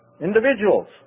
individuals